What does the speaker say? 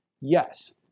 yes